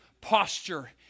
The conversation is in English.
posture